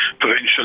provincial